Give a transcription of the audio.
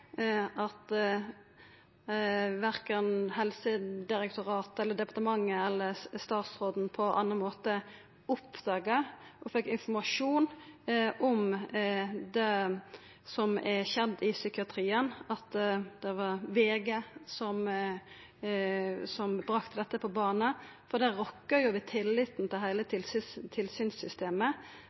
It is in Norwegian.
at verken Helsedirektoratet, departementet eller statsråden på ein eller annan måte oppdaga og fekk informasjon om det som er skjedd i psykiatrien? At det var VG som bringa dette på bane, rokkar jo ved tilliten til heile tilsynssystemet.